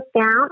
down